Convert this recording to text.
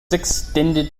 extended